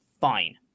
Fine